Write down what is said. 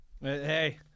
Hey